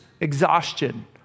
exhaustion